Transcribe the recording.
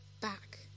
back